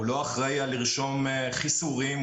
הוא לא אחראי על לרשום חיסורים,